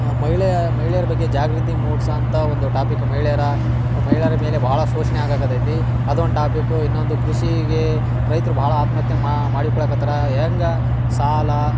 ಮಹಿಳೆಯ ಮಹಿಳೆಯರ ಬಗ್ಗೆ ಜಾಗೃತಿ ಮೂಡ್ಸೊವಂಥಾ ಒಂದು ಟಾಪಿಕ್ ಮಹಿಳೆಯರ ಮಹಿಳೆಯರ ಮೇಲೆ ಭಾಳ ಶೋಷಣೆ ಆಗಾಕತೈತಿ ಅದೊಂದು ಟಾಪಿಕ್ಕು ಇನ್ನೊಂದು ಕೃಷಿಗೆ ರೈತರು ಭಾಳ ಆತ್ಮಹತ್ಯ ಮಾಡಿಕೊಳ್ಳಕತ್ತರ ಹೆಂಗ ಸಾಲ